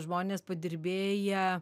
žmonės padirbėję